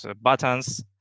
buttons